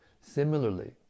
Similarly